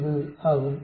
05 ஆகும்